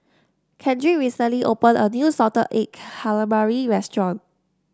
Kendrick recently opened a new Salted Egg Calamari restaurant